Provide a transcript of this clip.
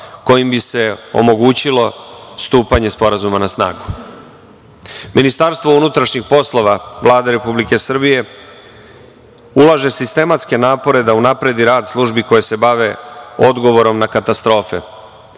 kojim bi se omogućilo stupanje Sporazuma na snagu. Ministarstvo unutrašnjih poslova Vlade Republike Srbije ulaže sistematske napore da unapredi rad službi koje se bave odgovorom na katastrofe,